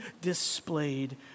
displayed